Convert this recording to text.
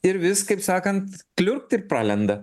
ir vis kaip sakant pliurpt ir pralenda